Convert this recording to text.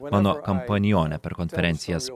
mano kompanionė per konferencijas